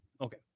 Okay